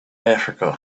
africa